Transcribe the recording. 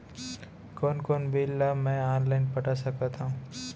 कोन कोन बिल ला मैं ऑनलाइन पटा सकत हव?